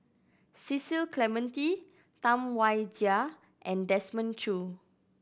Cecil Clementi Tam Wai Jia and Desmond Choo